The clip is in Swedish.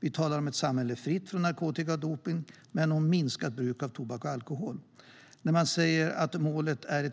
Vi talar om ett samhälle fritt från narkotika och dopning men om ett minskat bruk av tobak och alkohol. När man säger att målet är